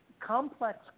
complex